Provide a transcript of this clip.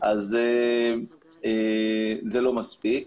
אז זה לא מספיק.